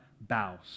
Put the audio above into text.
bows